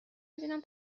میبینم